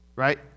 right